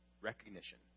recognition